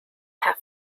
have